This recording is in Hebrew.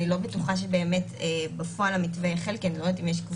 אני לא בטוחה שבאמת בפועל המתווה החל כי אני לא יודעת אם יש קבוצות.